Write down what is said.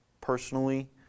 personally